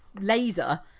laser